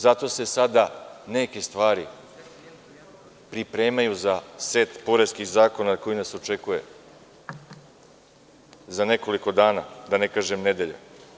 Zato se sada neke stvari pripremaju za set poreskih zakona koji nas očekuje za nekoliko dana, da ne kažem nedelja.